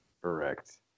Correct